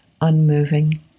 unmoving